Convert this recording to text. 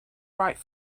wright